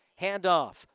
Handoff